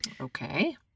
Okay